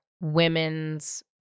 women's